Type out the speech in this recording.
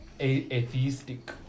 atheistic